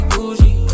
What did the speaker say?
Gucci